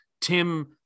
Tim